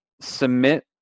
submit